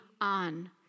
on